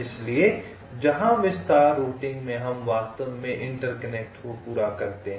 इसलिए जहां विस्तार रूटिंग में हम वास्तव में इंटरकनेक्ट को पूरा करते हैं